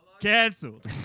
Cancelled